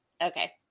okay